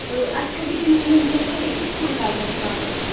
تہٕ اَسہِ چھو وٕنکٮ۪نس یُن کِنہِ ووں یی سُہ سکوٗل گاڑِ مَنزٕے واپس